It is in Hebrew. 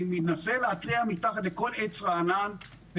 אני מנסה להתריע מתחת לכל עץ רענן,